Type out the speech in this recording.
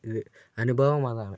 ഇത് അനുഭവം അതാണ്